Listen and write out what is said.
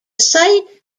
site